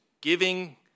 giving